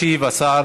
ישיב השר